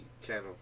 channel